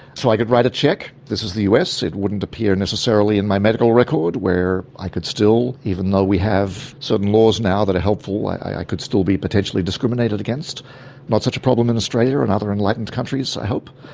so i could write a cheque. this is the us, it wouldn't appear necessarily in my medical record where i could still, even though we have certain laws now that are helpful, i could still be potentially discriminated against not such a problem in australia and other enlightened countries i hope.